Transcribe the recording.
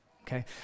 Okay